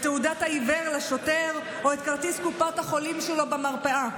את תעודת העיוור לשוטר או את כרטיס קופת החולים שלו במרפאה.